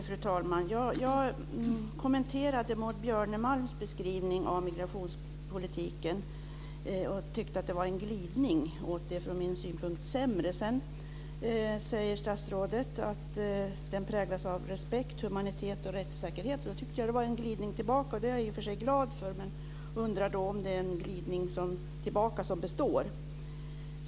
Fru talman! Jag kommenterade Maud Björnemalms beskrivning av migrationspolitiken och tyckte att det var en glidning till det sämre från min synpunkt sett. Sedan säger statsrådet att migrationspolitiken präglas av respekt, humanitet och rättssäkerhet, vilket jag tycker är en glidning tillbaka. Och det är jag i och för sig glad över. Men jag undrar om det är en glidning tillbaka som består.